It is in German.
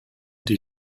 die